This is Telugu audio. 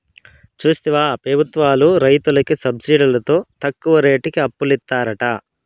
చూస్తివా పెబుత్వాలు రైతులకి సబ్సిడితో తక్కువ రేటుకి అప్పులిత్తారట